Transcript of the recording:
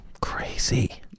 crazy